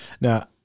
Now